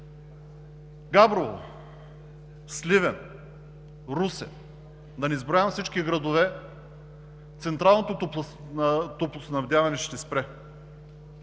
Габрово, Сливен, Русе – да не изброявам всички градове – централното топлоснабдяване ще спре.